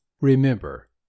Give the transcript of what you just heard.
Remember